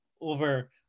over